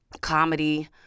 comedy